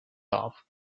off